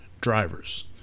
drivers